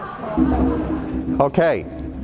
Okay